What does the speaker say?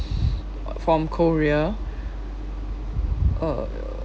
from korea uh